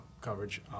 coverage